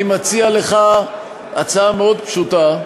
אני מציע לך הצעה מאוד פשוטה,